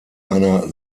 einer